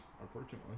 unfortunately